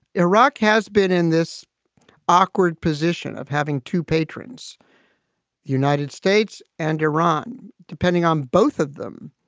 iraq has been in this awkward position of having to patrons united states and iran depending on both of them,